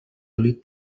oli